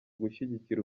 gushyigikira